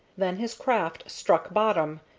then his craft struck bottom,